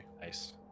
Nice